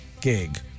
gig